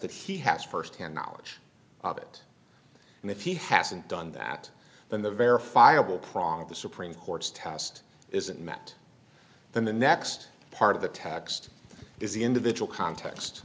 that he has firsthand knowledge of it and if he hasn't done that then the verifiable prong of the supreme court's test isn't met then the next part of the text is the individual context